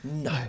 no